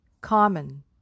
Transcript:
common